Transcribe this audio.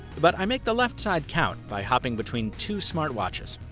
but, i make the left side count by hopping between two smartwatches.